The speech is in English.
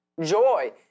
Joy